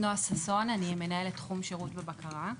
נועה ששון, אני מנהלת תחום שירות ובקרה.